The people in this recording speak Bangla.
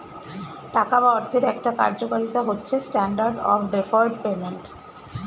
টাকা বা অর্থের একটা কার্যকারিতা হচ্ছে স্ট্যান্ডার্ড অফ ডেফার্ড পেমেন্ট